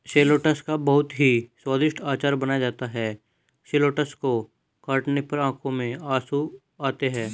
shallots का बहुत ही स्वादिष्ट अचार बनाया जाता है शैलोट्स को काटने पर आंखों में आंसू आते हैं